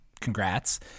congrats